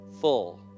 full